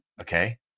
Okay